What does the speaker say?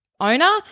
owner